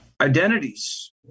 identities